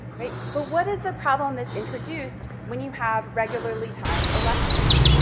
right, but what is the problem that's introduced when you have regularly timed elections,